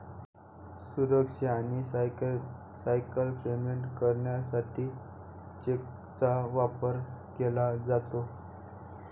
सुरक्षित आणि सोयीस्कर पेमेंट करण्यासाठी चेकचा वापर केला जातो